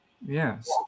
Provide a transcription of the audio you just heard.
yes